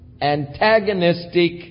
antagonistic